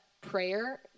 prayer